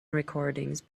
recordings